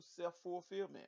self-fulfillment